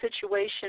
situation